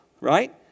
right